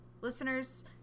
listeners